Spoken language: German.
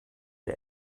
der